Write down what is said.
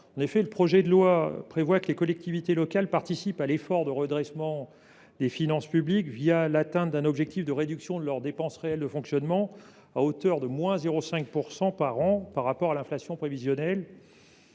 (ADF). Le projet de loi prévoit que les collectivités locales participent à l’effort de redressement des finances publiques en respectant un objectif de réduction de leurs dépenses réelles de fonctionnement de 0,5 % par an par rapport à l’inflation prévisionnelle.